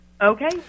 Okay